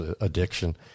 addiction